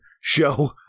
show